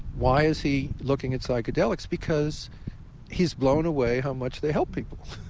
why is he looking at psychedelics? because he's blown away how much they help people.